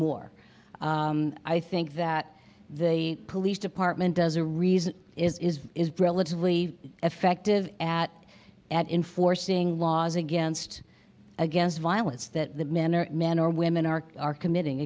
more i think that the police department does a reason is is is relatively effective at at enforcing laws against against violence that men or men or women are are committing